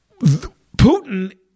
Putin